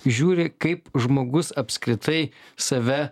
žiūri kaip žmogus apskritai save